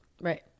Right